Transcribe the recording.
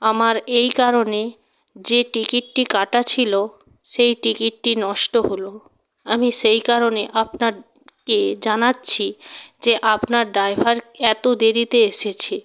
আমার এই কারণে যে টিকিটটি কাটা ছিলো সেই টিকিটটি নষ্ট হল আমি সেই কারণে আপনারকে জানাচ্ছি যে আপনার ড্রাইভার এতো দেরিতে এসেছে